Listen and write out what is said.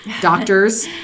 doctors